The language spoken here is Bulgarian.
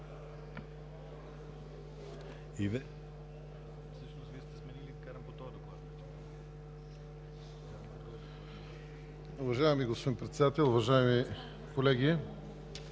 Уважаеми господин Председател, уважаеми колеги,